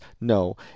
No